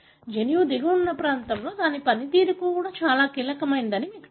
జన్యువు దిగువన ఉన్న ఈ ప్రాంతం దాని పనితీరుకు చాలా కీలకమైనదని ఇప్పుడు మీకు తెలుసు